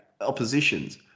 oppositions